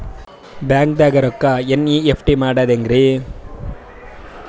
ಬ್ಯಾಂಕ್ದಾಗ ರೊಕ್ಕ ಎನ್.ಇ.ಎಫ್.ಟಿ ಮಾಡದ ಹೆಂಗ್ರಿ?